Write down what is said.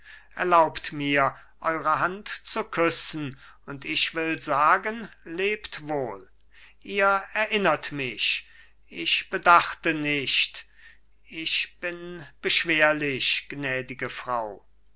erlaubt mir eure hand zu küssen und ich will sagen lebt wohl ihr erinnert mich ich bedachte nicht ich bin beschwerlich gnädige frau